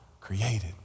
created